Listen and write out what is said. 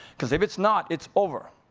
cause if it's not, it's over.